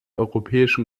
europäischen